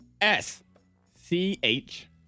S-C-H-